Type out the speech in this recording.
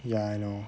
ya I know